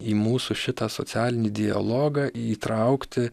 į mūsų šitą socialinį dialogą įtraukti